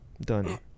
done